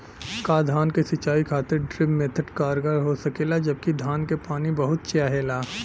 का धान क सिंचाई खातिर ड्रिप मेथड कारगर हो सकेला जबकि धान के पानी बहुत चाहेला?